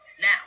now